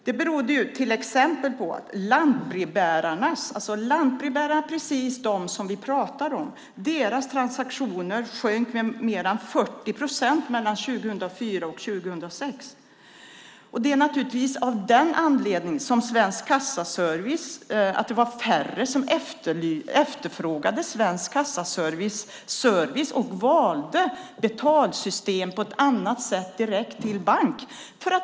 Det berodde till exempel på att lantbrevbärarnas - precis dem som vi pratar om - transaktioner sjönk med mer än 40 procent mellan 2004 och 2006. Det var naturligtvis av den anledningen som det var färre som efterfrågade servicen från Svensk Kassaservice och valde betalsystem på ett annat sätt, direkt till bank.